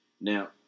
Now